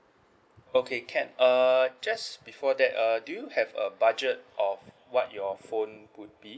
okay can uh just before that uh do you have a budget of what your phone would be